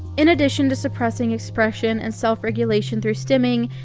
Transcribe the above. in addition to suppressing expression and self-regulation through stimming,